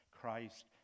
Christ